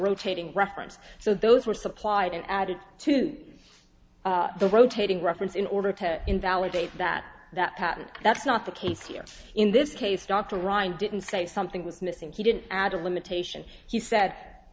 rotating reference so those were supplied and added to the rotating reference in order to invalidate that that patent that's not the case here in this case dr ryan didn't say something was missing he didn't add a limitation he sa